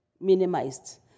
minimized